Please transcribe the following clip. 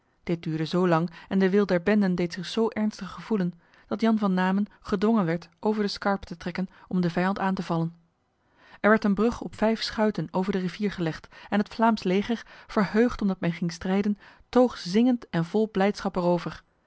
dit duurde zo lang en de wil der benden deed zich zo ernstig gevoelen dat jan van namen gedwongen werd over de scarpe te trekken om de vijand aan te vallen er werd een brug op vijf schuiten over de rivier gelegd en het vlaams leger verheugd omdat men ging strijden toog zingend en vol blijdschap